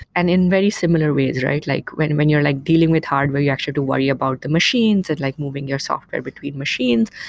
and in very similar ways, right? like when when you're like dealing with hardware, you actually have to worry about the machines and like moving your software between machines.